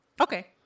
Okay